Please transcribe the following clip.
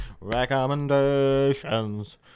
Recommendations